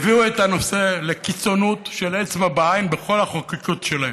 הם הביאו את הנושא לקיצוניות של אצבע בעין בכל החקיקות שלהם.